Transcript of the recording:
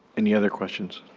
any other questions?